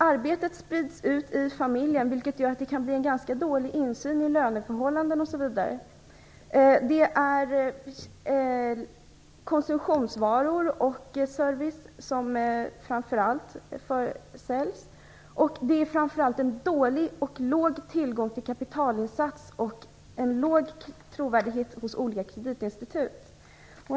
Arbetet sprids ut i familjen, vilket gör att det kan bli en ganska dålig insyn i löneförhållanden, osv. Det är konsumtionsvaror och service som man framför allt ägnar sig åt. Man har dessutom en dålig tillgång till kapital och en låg trovärdighet hos olika kreditinstitut.